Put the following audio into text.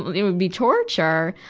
it would be torture.